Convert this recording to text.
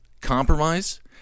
compromise